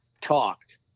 talked